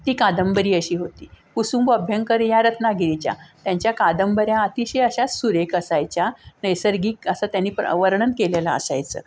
ती कादंबरी अशी होती कुसुम अभ्यंकर ह्या रत्नागिरीच्या त्यांच्या कादंबऱ्या अतिशय अशा सुरेख असायच्या नैसर्गिक असं त्यांनी प्र वर्णन केलेलं असायचं